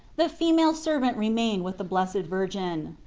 the female servant remained with the blessed virgin.